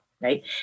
right